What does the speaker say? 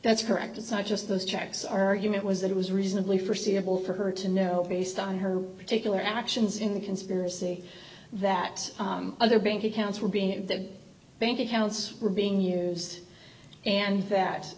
that's correct it's not just those checks are you know it was that it was reasonably forseeable for her to know based on her particular actions in the conspiracy that other bank accounts were being in the bank accounts were being used and that